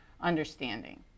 understanding